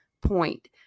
point